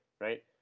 right